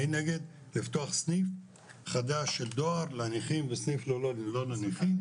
אני נגד לפתוח סניף חדש של דואר לנכים וסניף לא לנכים.